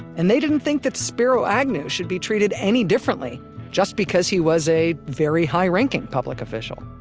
and they didn't think that spiro agnew should be treated any differently just because he was a very high ranking public official.